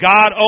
God